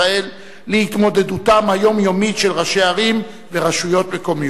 להתמודדותם היומיומית של ראשי ערים ורשויות מקומיות.